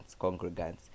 congregants